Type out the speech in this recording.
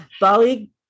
bali